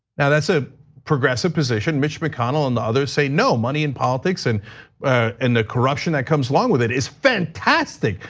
now, that's a progressive position. mitch mcconnell and the others say, no, money and politics and and the corruption that comes along with it is fantastic.